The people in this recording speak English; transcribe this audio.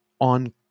on